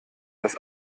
dass